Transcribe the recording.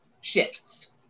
shifts